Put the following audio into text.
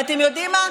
אבל אתם יודעים מה?